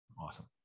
Awesome